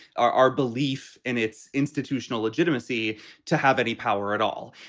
our our belief and its institutional legitimacy to have any power at all.